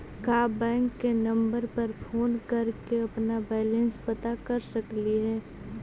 का बैंक के नंबर पर फोन कर के अपन बैलेंस पता कर सकली हे?